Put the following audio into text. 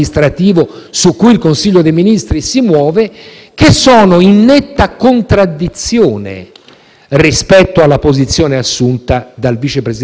rispetto alla posizione assunta dal vice presidente del Consiglio Matteo Salvini. Quindi non capisco la differenza